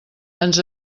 ens